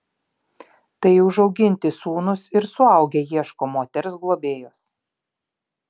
tai užauginti sūnūs ir suaugę ieško moters globėjos